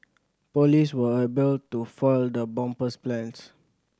police were able to foil the bomber's plans